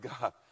God